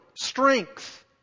strength